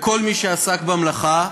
לכל מי שעסק במלאכה.